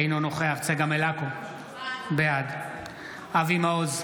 אינו נוכח צגה מלקו, בעד אבי מעוז,